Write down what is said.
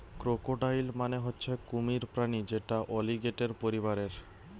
crocodile মানে হচ্ছে কুমির প্রাণী যেটা অলিগেটের পরিবারের